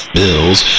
bills